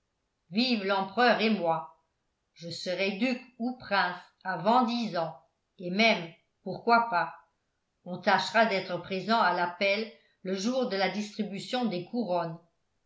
vive l'empereur et moi je serai duc ou prince avant dix ans et même pourquoi pas on tâchera d'être présent à l'appel le jour de la distribution des couronnes